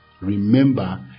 Remember